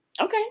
Okay